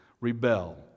rebel